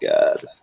god